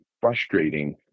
frustrating